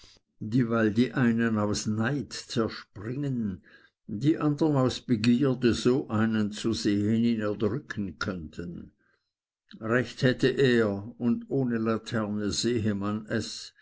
die einen aus neid zerspringen die andern aus begierde so einen zu sehen ihn erdrücken könnten recht hätte er und ohne laterne sehe man es